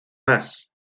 más